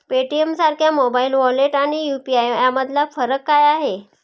पेटीएमसारख्या mobile wallet आणि UPI यामधला फरक काय आहे?